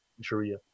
Sharia